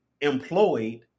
employed